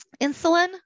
Insulin